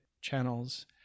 channels